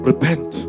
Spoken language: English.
Repent